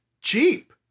cheap